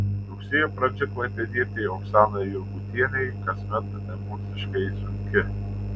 rugsėjo pradžia klaipėdietei oksanai jurgutienei kasmet emociškai sunki